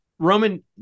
Roman